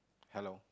hello